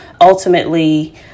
ultimately